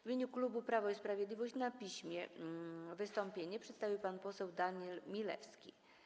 W imieniu klubu Prawo i Sprawiedliwość na piśmie wystąpienie przedstawił pan poseł Daniel Milewski.